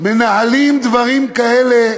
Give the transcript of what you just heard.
מנהלים דברים כאלה,